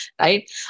right